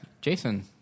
Jason